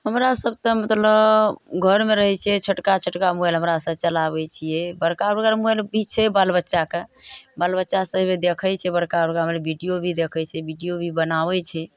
हमरा सब तऽ मतलब घरमे रहै छियै छोटका छोटका मोबाइल हमरा सब चलाबै छियै बड़का बड़का मोबाइल भी छै बाल बच्चाके बाल बच्चा सब ओहिमे देखै छै बड़का बड़का हमर बीडियो भी देखै छै बीडियो भी बनाबै छै